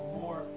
more